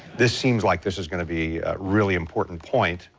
this seems like this is going to be really important point.